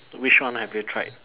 which one have you tried